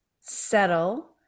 settle